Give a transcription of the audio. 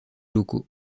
locaux